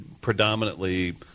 predominantly